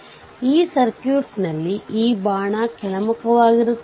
2 ampere ಸ್ವತಂತ್ರ ವಿದ್ಯುತ್ ಮೂಲ ಹೊಂದಿದೆ